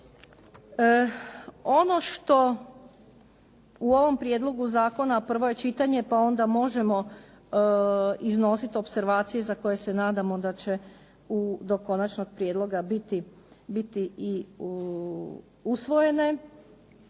Ono što u ovom prijedlogu zakona, prvo je čitanje pa onda možemo iznositi opservacije za koje se nadamo da će do konačnog prijedloga biti i usvojene